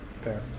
fair